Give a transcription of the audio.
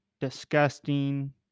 disgusting